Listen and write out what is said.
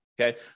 Okay